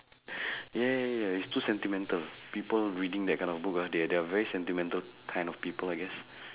ya ya ya it's too sentimental people reading that kind of book ah they're they're very sentimental kind of people I guess